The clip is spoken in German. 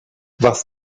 was